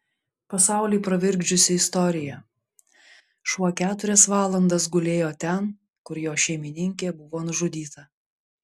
pasaulį pravirkdžiusi istorija šuo keturias valandas gulėjo ten kur jo šeimininkė buvo nužudyta